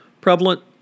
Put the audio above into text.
prevalent